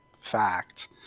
fact